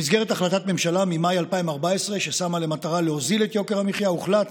במסגרת החלטת ממשלה ממאי 2014 ששמה למטרה להוריד את יוקר המחיה הוחלט,